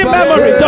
memory